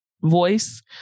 voice